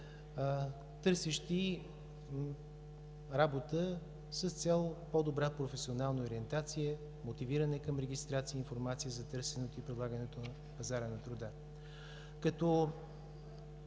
търсещи работа, с цел по-добра професионална ориентация, мотивиране към регистрация и информация за търсенето на пазара на труда.